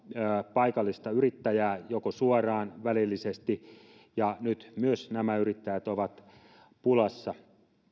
paikallista yrittäjää joko suoraan tai välillisesti ja nyt myös nämä yrittäjät ovat pulassa